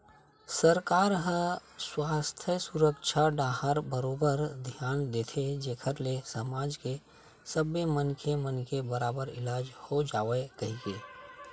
सरकार ह सुवास्थ सुबिधा डाहर बरोबर धियान देथे जेखर ले समाज के सब्बे मनखे मन के बरोबर इलाज हो जावय कहिके